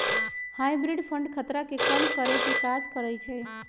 hybrid fund खतरा के कम करेके काज करइ छइ